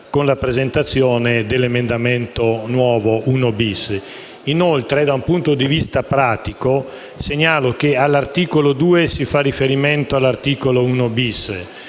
con la presentazione dell'emendamento 1.500. Inoltre, da un punto di vista pratico, segnalo che all'articolo 2 si fa riferimento all'articolo 1-*bis*